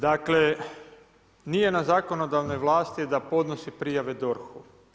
Dakle, nije na zakonodavnoj vlasti da podnosi prijave DORH-u.